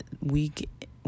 week